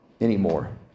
anymore